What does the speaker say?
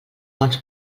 bons